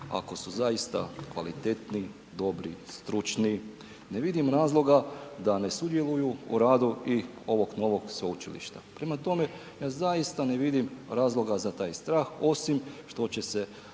ako su zaista kvalitetni, dobri, stručni, ne vidim razloga da ne sudjeluju u radu i ovog novog sveučilišta. Prema tome, ja zaista ne vidim razloga za taj strah osim što će se